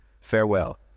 Farewell